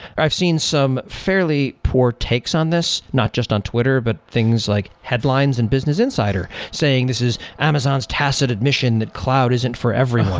i've seen some fairly poor takes on this not just on twitter, but things like headlines and business insider saying this is, amazon's tacit admission that cloud isn't for everyone.